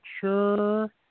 sure